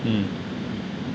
mm